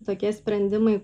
tokie sprendimai